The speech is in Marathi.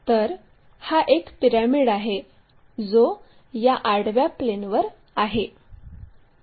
तर हा एक पिरॅमिड आहे जो या आडव्या प्लेनवर आहे